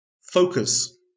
focus